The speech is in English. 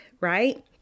right